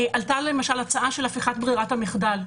עלתה למשל הצעה של הפיכת ברירת המחדל,